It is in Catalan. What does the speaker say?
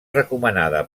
recomanada